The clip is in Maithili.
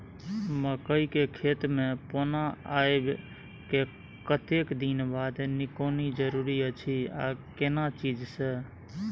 मकई के खेत मे पौना आबय के कतेक दिन बाद निकौनी जरूरी अछि आ केना चीज से?